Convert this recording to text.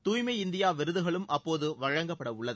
தாய்மை இந்தியா விருதுகளும் அப்போது வழங்கப்படவுள்ளது